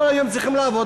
כל היום צריכים לעבוד,